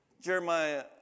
Jeremiah